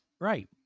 right